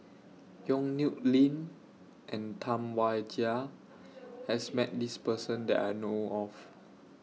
Yong Nyuk Lin and Tam Wai Jia has Met This Person that I know of